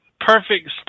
perfect